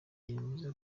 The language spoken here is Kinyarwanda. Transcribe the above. yemeza